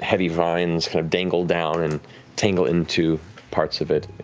heavy vines kind of dangle down and tangle into parts of it.